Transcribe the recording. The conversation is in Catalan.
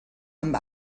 amb